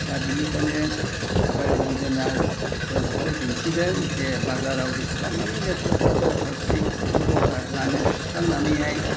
दा बेनिखायनो साफाय अभियाना जोंखौहाय दिन्थिदों जे बाजाराव जेसेबां माने लेथ्राफोर दं प्लास्टिक बेफोरखौ गारनानै सुस्रांनानैहाय